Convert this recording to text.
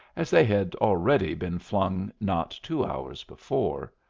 as they had already been flung not two hours before.